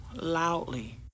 loudly